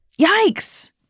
yikes